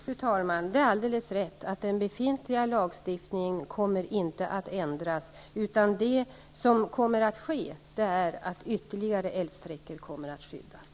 Fru talman! Det är alldeles rätt att den befintliga lagstiftningen kommer inte att ändras, utan vad som sker är att ytterligare älvsträckor skyddas.